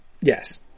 Yes